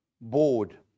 bored